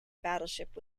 battleship